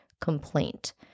complaint